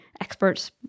experts